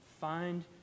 Find